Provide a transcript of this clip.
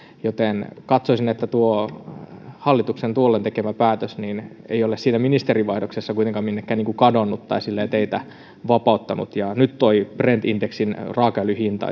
joten katsoisin että tuo hallituksen tuolloin tekemä päätös ei ole siinä ministerinvaihdoksessa kuitenkaan minnekään kadonnut tai teitä vapauttanut nyt brent indeksin raakaöljyn hinta